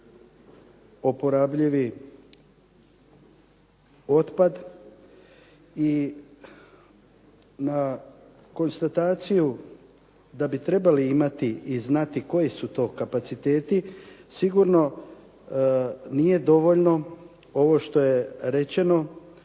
oporabljivi otpad i na konstataciju da bi trebali imati i znati koji su to kapaciteti, sigurno nije dovoljno ovo što je rečeno